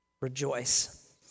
Rejoice